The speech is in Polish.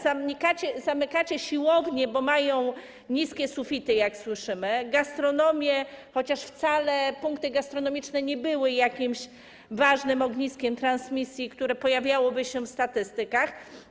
Zamykacie siłownie, bo mają niskie sufity, jak słyszymy, gastronomię, chociaż wcale punkty gastronomiczne nie były jakimś ważnym ogniskiem transmisji, które pojawiałoby się w statystykach.